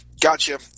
Gotcha